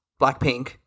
Blackpink